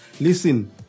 listen